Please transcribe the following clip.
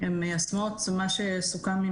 מיישמות את לשון החוק?